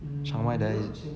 chiangmai there is